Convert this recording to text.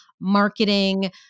marketing